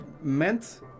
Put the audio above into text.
meant